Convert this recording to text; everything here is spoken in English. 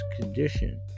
condition